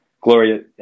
Gloria